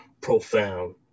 profound